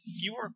fewer